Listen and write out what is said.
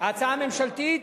ההצעה הממשלתית,